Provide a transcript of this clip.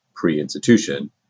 pre-institution